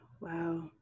Wow